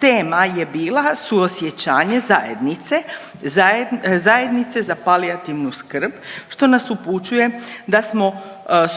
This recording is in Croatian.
tema je bila suosjećanje zajednice, zajednice za palijativnu skrb što nas upućuje da smo